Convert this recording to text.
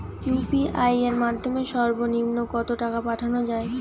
UPI এর মাধ্যমে সর্ব নিম্ন কত টাকা পাঠানো য়ায়?